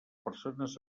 persones